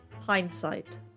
Hindsight